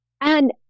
And-